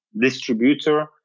distributor